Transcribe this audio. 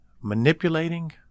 manipulating